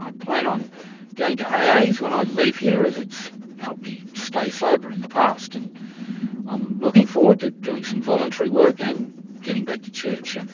i plan on going to aa's ah when i leave here as it's helped me stay sober in the past. and i'm looking forward to doing some voluntary work and getting back to church. and